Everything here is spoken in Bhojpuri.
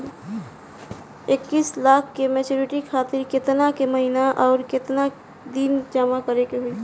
इक्कीस लाख के मचुरिती खातिर केतना के महीना आउरकेतना दिन जमा करे के होई?